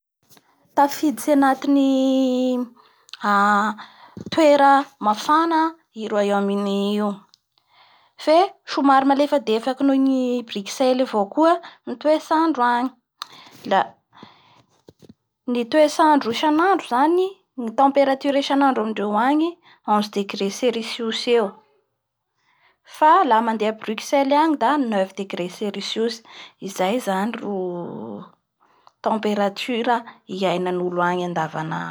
Tafiditsy anatin'ny toera mafana i Royaume-Uni io fe somary malefadefaky nohon'ny Bruxelle avao koa ny toetrandro agny. Da ny toetrandro isanandro ny temperature isanandro amindreo agny onze degré cerissiuce eo fa laha mandeha à Bruxelle agny da n oeuf degré cerissiuce izay zany ro temperature iainan'olo agny andavanandro. A Landre agny koa aa, somary tsy de misy ora lotry koa gnagny mety eo mandritsiny telo ambin'ny dimampolo minitra eo anatin'ny iray volana izay avao ro misy ora a Landre agny.